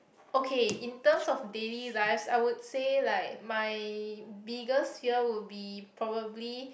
okay in terms of daily lives I would say like my biggest fear would be probably